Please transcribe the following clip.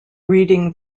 reading